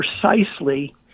precisely